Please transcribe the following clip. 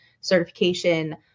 certification